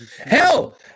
Hell